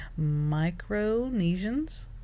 Micronesians